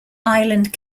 island